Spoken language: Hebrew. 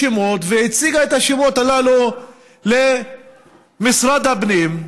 ופשוט קבעה שמות והציגה את השמות האלה למשרד הפנים.